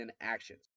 actions